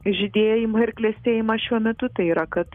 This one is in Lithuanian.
žydėjimą ir klestėjimą šiuo metu tai yra kad